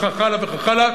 וכך הלאה וכך הלאה,